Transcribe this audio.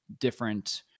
different